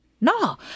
No